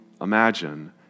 imagine